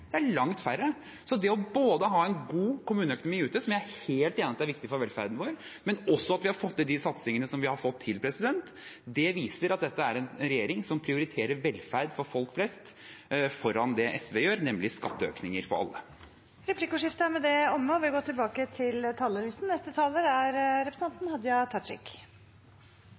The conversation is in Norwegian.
Det er langt færre. Så både det å ha en god kommuneøkonomi ute, som jeg er helt enig i at er viktig for velferden vår, og det at vi har fått til de satsingene vi har fått til, viser at dette er en regjering som prioriterer velferd for folk flest foran det SV gjør, nemlig skatteøkninger for alle. Replikkordskiftet er omme. Det er mykje vi kan endra med